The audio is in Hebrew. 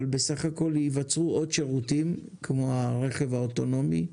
אבל בסך הכל ייווצרו עוד שירותים כמו הרכב האוטונומי,